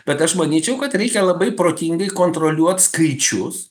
bet aš manyčiau kad reikia labai protingai kontroliuot skaičius